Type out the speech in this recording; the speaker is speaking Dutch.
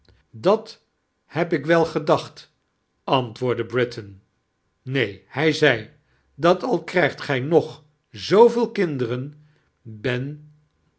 dat heb ik wel gedaoht antwoordde britain neen hij zei dat al knrijgt gij nog zooveel kinderen ben